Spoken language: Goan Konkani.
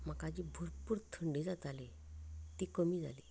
म्हाका जी भरपूर थंडी जाताली ती कमी जाली